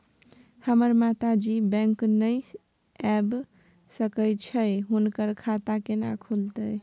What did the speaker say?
हमर माता जी बैंक नय ऐब सकै छै हुनकर खाता केना खूलतै?